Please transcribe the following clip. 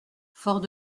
fort